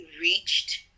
reached